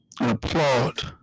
applaud